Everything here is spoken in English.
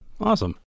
Awesome